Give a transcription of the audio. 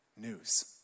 news